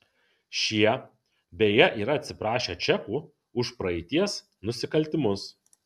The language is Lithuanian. šie beje yra atsiprašę čekų už praeities nusikaltimus